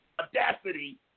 audacity